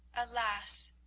alas,